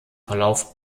verlauf